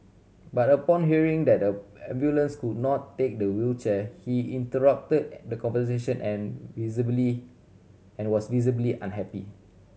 but upon hearing that a ambulance could not take the wheelchair he interrupted the conversation and visibly and was visibly unhappy